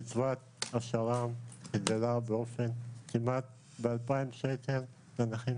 קצבת השר"ם עלתה כמעט ב-2,000 שקל לנכים